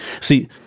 See